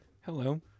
Hello